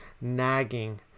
nagging